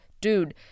dude